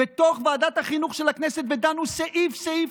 בתוך ועדת החינוך של הכנסת ודנו סעיף-סעיף